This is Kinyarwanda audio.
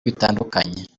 bitandukanye